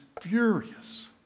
furious